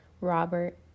Robert